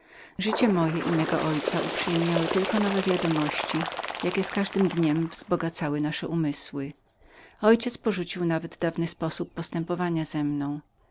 życie moje i mego ojca uprzyjemniały tylko nowe wiadomości jakie z każdym dniem wzbogacały nasze umysły mój ojciec porzucił nawet ze mną dawny sposób postępowania w